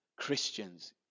Christians